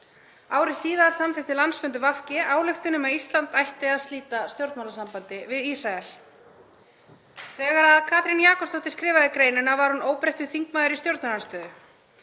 Ári síðar samþykkti landsfundur VG ályktun um að Ísland ætti að slíta stjórnmálasambandi við Ísrael. Þegar Katrín Jakobsdóttir skrifaði greinina var hún óbreyttur þingmaður í stjórnarandstöðu.